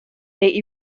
they